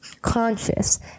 Conscious